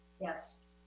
yes